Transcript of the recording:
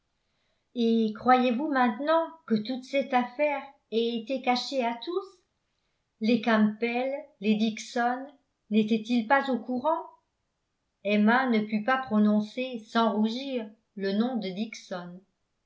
et croyez-vous vraiment que toute cette affaire ait été cachée à tous les campbell les dixon n'étaient-ils pas au courant emma ne put pas prononcer sans rougir le nom de dixon